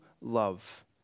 love